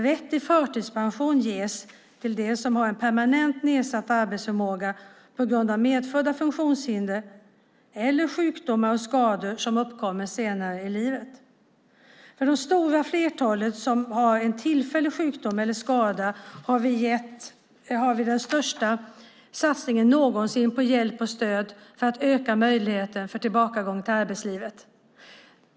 Rätt till förtidspension ges till dem som har en permanent nedsatt arbetsförmåga på grund av medfödda funktionshinder eller sjukdomar och skador som uppkommit senare i livet. För det stora flertalet som har en tillfällig sjukdom eller skada har vi gjort den största satsningen någonsin på hjälp och stöd för att öka möjligheten för tillbakagång till arbetslivet.